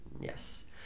Yes